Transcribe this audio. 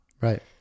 Right